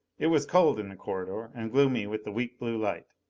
it was cold in the corridor, and gloomy with the weak blue light.